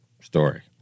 story